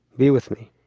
be with me.